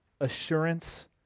assurance